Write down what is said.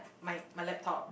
my my laptop